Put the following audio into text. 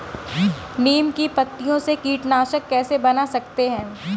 नीम की पत्तियों से कीटनाशक कैसे बना सकते हैं?